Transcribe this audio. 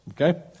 okay